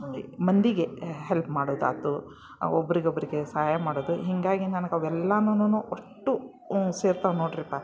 ಮಂದಿ ಮಂದಿಗೆ ಹೆಲ್ಪ್ ಮಾಡೋದಾಯ್ತು ಒಬ್ಬರಿಗೊಬ್ರಿಗೆ ಸಹಾಯ ಮಾಡೋದು ಹೀಗಾಗಿ ನನ್ಗೆ ಅವೆಲ್ಲನುನು ಅಷ್ಟು ಸೇರ್ತಾವೆ ನೋಡಿರಿಪ್ಪ